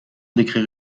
d’écrire